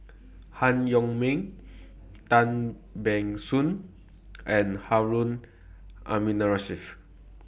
Han Yong May Tan Ban Soon and Harun Aminurrashid